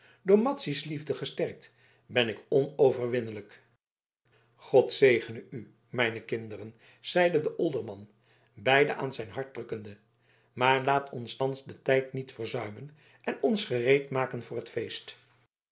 door madzy's liefde gesterkt ben ik onverwinnelijk god zegene u mijne kinderen zeide de olderman beiden aan zijn hart drukkende maar laat ons thans den tijd niet verzuimen en ons gereedmaken voor het feest